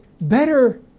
better